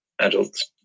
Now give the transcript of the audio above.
adults